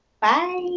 Bye